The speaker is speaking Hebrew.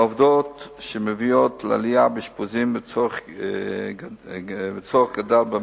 עובדות שמביאות לעלייה באשפוזים ולצורך גדל במיטות.